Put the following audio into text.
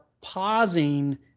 pausing